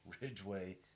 Ridgeway